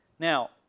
Now